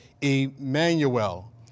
Emmanuel